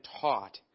taught